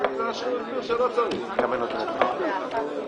הצבעה בעד 8 נגד 6 נמנעים אין הסעיף נתקבל.